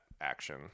action